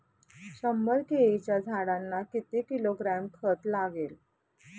शंभर केळीच्या झाडांना किती किलोग्रॅम खत लागेल?